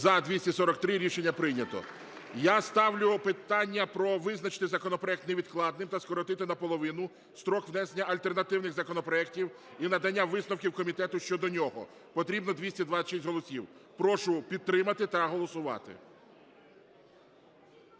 За-243 Рішення прийнято. Я ставлю питання про визначити законопроект невідкладним та скоротити наполовину строк внесення альтернативних законопроектів і надання висновків комітету щодо нього. Потрібно 226 голосів. Прошу підтримати та голосувати.